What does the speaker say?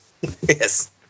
Yes